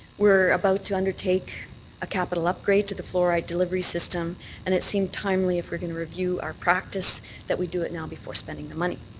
we're about to undertake a capital upgrade to the fluoride delivery system and it seemed timely if we're going to review our practice that we do it now before spending the money.